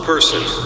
person